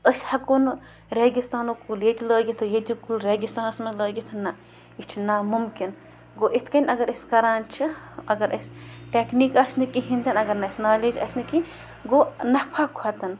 أسۍ ہٮ۪کو نہٕ ریگِستانُک کُل ییٚتہِ لٲگِتھ تہٕ ییٚتیُک کُل ریگِستانَس منٛز لٲگِتھ نَہ یہِ چھِ نامُمکِن گوٚو اِتھ کٔنۍ اَگر أسۍ کَران چھِ اَگر اَسہِ ٹٮ۪کنیٖک آسنہٕ کِہیٖنۍ تہِ نہٕ اَگر نہٕ اَسہِ نالیج آسنہٕ گوٚو نفع کھۄتَن